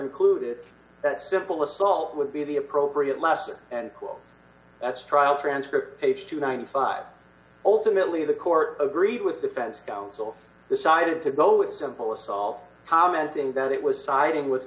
included that simple assault would be the appropriate laster and court that's trial transcript page two hundred and ninety five dollars ultimately the court agreed with defense counsel decided to go with simple assault commenting that it was siding with